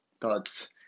thoughts